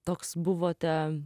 toks buvote